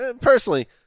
Personally